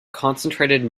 concentrated